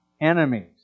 enemies